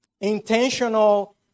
intentional